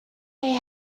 they